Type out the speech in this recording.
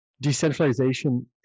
decentralization